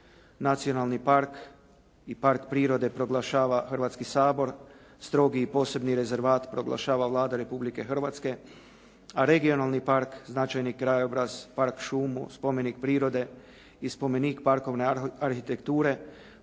Nacionalni park i park prirode proglašava Hrvatski sabor, strogi i posebni rezervat proglašava Vlada Republike Hrvatske, a regionalni park značajni krajobraz, park šumu, spomenik prirode i spomenik parkovne arhitekture